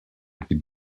під